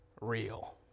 real